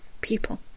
people